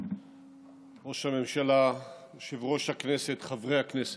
ראש הממשלה, יושב-ראש הכנסת, חברי הכנסת,